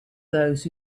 those